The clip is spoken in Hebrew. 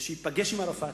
ושייפגש עם ערפאת.